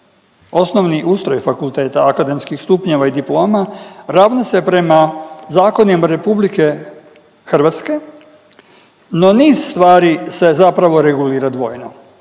Osnovni ustroj fakulteta akademskih stupnjeva i diploma ravna se prema zakonima RH, no niz stvari se zapravo regulira odvojeno.